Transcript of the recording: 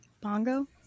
Bongo